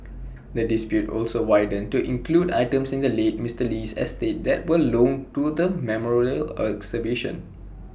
the dispute also widened to include items in the late Mister Lee's estate that were loaned to the memorial exhibition